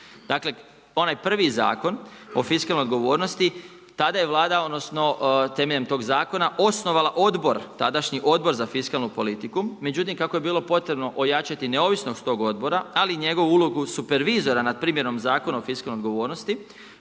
Dakle onaj prvi zakon o fiskalnoj odgovornosti, tada je Vlada odnosno temeljem tog zakona, osnovala odbor, tadašnji odbor za fiskalnu politiku međutim kako je bilo potrebno ojačati neovisnost tog odbora ali i njegovu ulogu supervizora nad primjenu zakona o fiskalnoj odgovornosti,